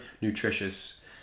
nutritious